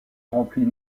remplit